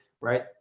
Right